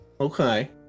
Okay